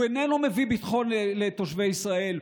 הוא איננו מביא ביטחון לתושבי ישראל,